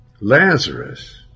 Lazarus